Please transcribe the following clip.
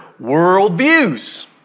worldviews